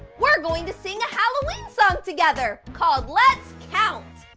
we're going to sing a halloween song together called let's count.